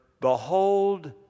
behold